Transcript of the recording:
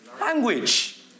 language